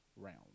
round